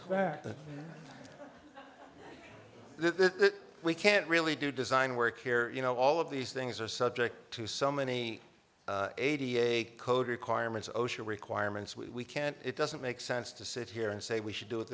fact that we can't really do design work here you know all of these things are subject to so many eighty a code requirements osha requirements we can't it doesn't make sense to sit here and say we should do it